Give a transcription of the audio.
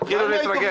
תתחילו להתרגל.